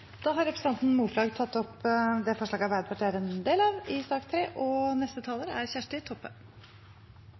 Da har representanten Tuva Moflag tatt opp det forslaget hun refererte til. I